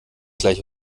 gleiche